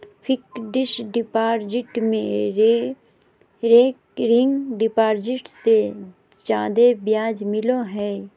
fixed deposit में recurring deposit से जादे ब्याज मिलो हय